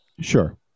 Sure